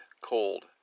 Cold